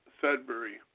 Sudbury